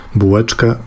bułeczkę